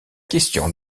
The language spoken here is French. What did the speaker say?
question